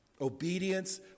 Obedience